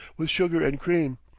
with sugar and cream.